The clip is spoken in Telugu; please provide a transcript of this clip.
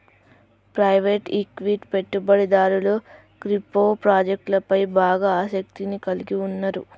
ప్రైవేట్ ఈక్విటీ పెట్టుబడిదారులు క్రిప్టో ప్రాజెక్టులపై బాగా ఆసక్తిని కలిగి ఉన్నరు